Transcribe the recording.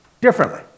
differently